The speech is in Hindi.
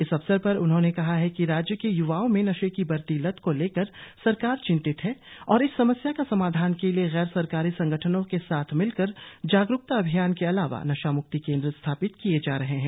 इस अवसर पर उन्होंने कहा कि राज्य के य्वाओं में नशे की बढ़ती लत को लेकर सरकार चिंतित है और इस समस्या का समाधान के लिए गैर सरकारी संगठनों के साथ मिलकर जागरुकता अभियान के अलावा नशा म्क्ति केंद्र स्थापित किये जा रहे है